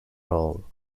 role